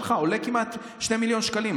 כמעט 2 מיליון שקלים.